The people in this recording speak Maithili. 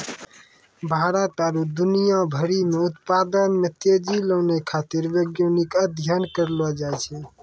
भारत आरु दुनिया भरि मे उत्पादन मे तेजी लानै खातीर वैज्ञानिक अध्ययन करलो जाय छै